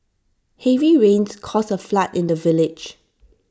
heavy rains caused A flood in the village